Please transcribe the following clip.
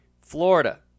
Florida